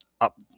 up